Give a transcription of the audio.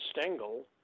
Stengel